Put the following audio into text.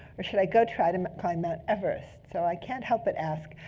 or should i go try to climb mount everest? so i can't help but ask.